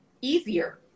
easier